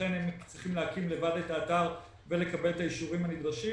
ולכן הם צריכים להקים לבד את האתר ולקבל את האישורים הנדרשים.